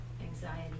Anxiety